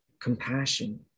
compassion